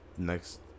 Next